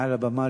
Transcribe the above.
מעל הבמה,